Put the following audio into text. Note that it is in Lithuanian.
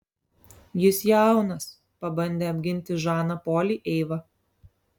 jis jaunas pabandė apginti žaną polį eiva